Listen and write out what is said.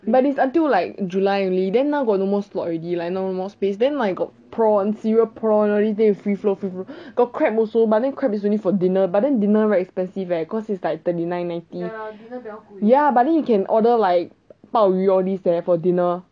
but it's until like july only then now got no more slot already like now no more space then like got prawn cereal prawn all these thing is free flow got crab also but I think crab is only for dinner but then dinner very expensive leh cause it's like thirty nine ninety ya but then you can order like 鲍鱼 all these leh for dinner